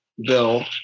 bill